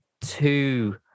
two